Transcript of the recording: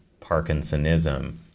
Parkinsonism